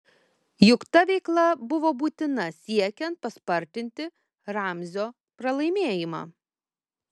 juk ta veikla buvo būtina siekiant paspartinti ramzio pralaimėjimą